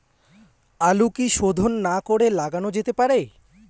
আলু কি শোধন না করে লাগানো যেতে পারে?